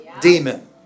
demon